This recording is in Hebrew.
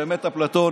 באמת, אפלטון